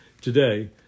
Today